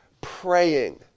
praying